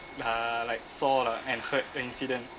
uh like saw lah and heard the incident